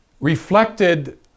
reflected